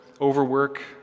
overwork